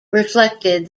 reflected